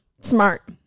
Smart